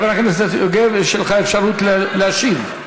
חבר הכנסת יוגב, יש לך אפשרות להשיב.